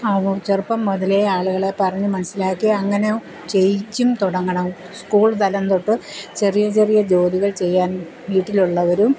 ആ ചെറുപ്പം മുതലേ ആളുകളെ പറഞ്ഞു മനസ്സിലാക്കി അങ്ങനെ ചെയ്യിച്ചും തുടങ്ങണം സ്കൂൾ തലം തൊട്ട് ചെറിയ ചെറിയ ജോലികൾ ചെയ്യാൻ വീട്ടിൽ ഉള്ളവരും